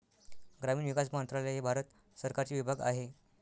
ग्रामीण विकास मंत्रालय हे भारत सरकारचे विभाग आहे